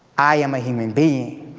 i am a human being.